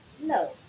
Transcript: no